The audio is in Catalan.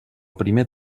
primer